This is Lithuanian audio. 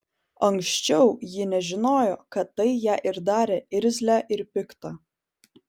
anksčiau ji nežinojo kad tai ją ir darė irzlią ir piktą